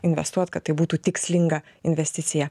investuoti kad tai būtų tikslinga investicija